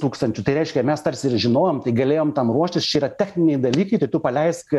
tūkstančių tai reiškia mes tarsi ir žinojom tai galėjom tam ruoštis čia yra techniniai dalykai tai tu paleisk